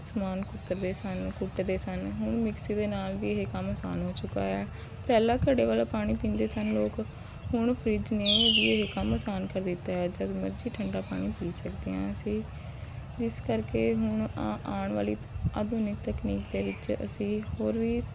ਸਮਾਨ ਕੁਤਰਦੇ ਸਨ ਕੁੱਟਦੇ ਸਨ ਹੁਣ ਮਿਕਸੀ ਦੇ ਨਾਲ ਵੀ ਇਹ ਕੰਮ ਅਸਾਨ ਹੋ ਚੁੱਕਾ ਹੈ ਪਹਿਲਾਂ ਘੜੇ ਵਾਲਾ ਪਾਣੀ ਪੀਂਦੇ ਸਨ ਲੋਕ ਹੁਣ ਫ਼ਰਿੱਜ ਨੇ ਵੀ ਇਹ ਕੰਮ ਅਸਾਨ ਕਰ ਦਿੱਤਾ ਹੈ ਜਦ ਮਰਜ਼ੀ ਠੰਡਾ ਪਾਣੀ ਪੀ ਸਕਦੇ ਹਾਂ ਅਸੀਂ ਜਿਸ ਕਰਕੇ ਹੁਣ ਆਂ ਆਉਣ ਵਾਲੀ ਆਧੁਨਿਕ ਤਕਨੀਕ ਦੇ ਵਿੱਚ ਅਸੀਂ ਹੋਰ ਵੀ